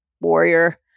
Warrior